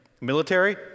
Military